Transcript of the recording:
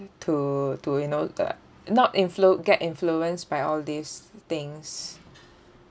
to to you know l~ not influ~ get influenced by all these things